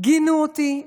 גינו אותי,